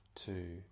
two